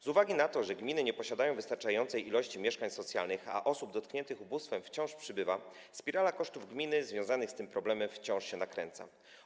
Z uwagi na to, że gminy nie posiadają wystarczającej liczby mieszkań socjalnych, a osób dotkniętych ubóstwem wciąż przybywa, spirala kosztów gminy związanych z tym problemem wciąż się nakręca.